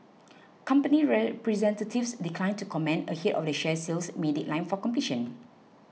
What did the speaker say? company representatives declined to comment ahead of the share sale's May deadline for completion